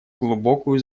глубокую